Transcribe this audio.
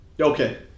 Okay